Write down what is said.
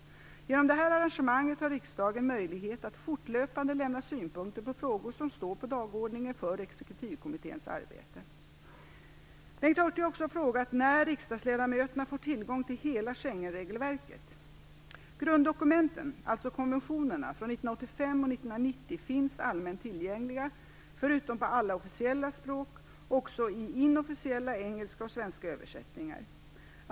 Genom detta arrangemang har riksdagen möjlighet att fortlöpande lämna synpunkter på frågor som står på dagordningen för exekutivkommitténs arbete. Bengt Hurtig har också frågat när riksdagsledamöterna får tillgång till hela Schengenregelverket. och 1990, finns allmänt tillgängliga, förutom på alla officiella språk också i inofficiella engelska och svenska översättningar.